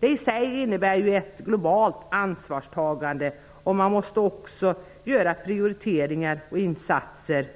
Det i sig innebär ju ett globalt ansvarstagande och också att man prioriterar de insatser